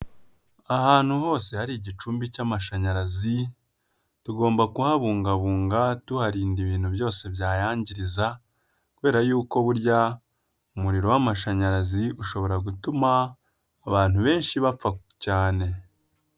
Ahantu hose hari igicumbi cy'amashanyarazi tugomba kuhabungabunga tuharinda ibintu byose byayangiriza kubera yuko burya umuriro w'amashanyarazi ushobora gutuma abantu benshi bapfa cyane.